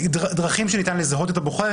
דרכים שניתן על פיהן לזהות את הבוחר,